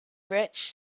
rich